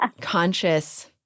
conscious